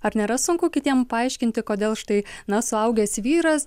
ar nėra sunku kitiem paaiškinti kodėl štai na suaugęs vyras